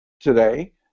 today